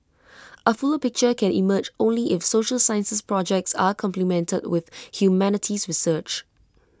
A fuller picture can emerge only if social sciences projects are complemented with humanities research